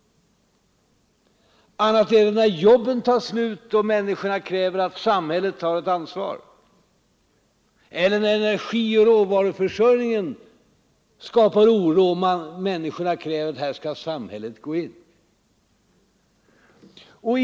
Annat är det när jobben tar slut och människorna kräver att samhället tar ett ansvar eller när energioch råvaruförsörjningen skapar oro och människorna kräver att samhället skall gå in.